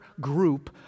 group